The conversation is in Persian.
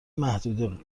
محدوده